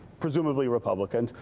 presumably republicans,